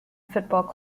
football